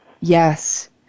Yes